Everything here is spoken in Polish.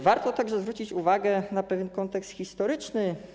Warto także zwrócić uwagę na pewien kontekst historyczny.